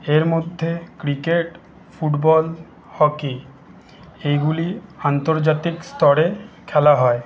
এর মধ্যে cricket football hockey এগুলি আন্তর্জাতিক স্তরে খেলা হয়